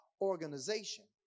organization